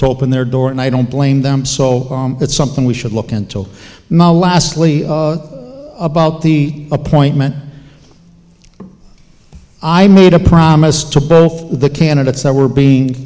to open their door and i don't blame them so that's something we should look into my lastly about the appointment i made a promise to both the candidates that were being